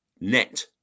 net